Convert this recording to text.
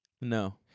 No